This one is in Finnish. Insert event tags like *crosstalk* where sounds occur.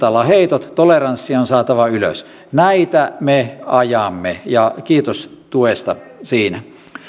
*unintelligible* alaheitoissa toleranssia on saatava ylös näitä me ajamme ja kiitos tuesta siinä